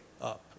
up